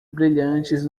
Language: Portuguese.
brilhantes